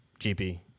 GP